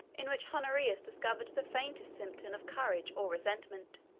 in which honorius discovered the faintest symptom of courage or resentment.